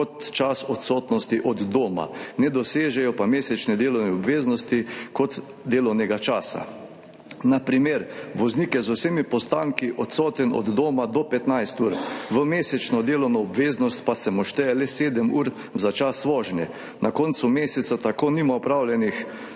kot čas odsotnosti od doma, ne dosežejo pa mesečne delovne obveznosti kot delovnega časa. Na primer, voznik je z vsemi postanki od doma odsoten do 15 ur, v mesečno delovno obveznost pa se mu šteje le 7 ur za čas vožnje. Na koncu meseca tako nima opravljenih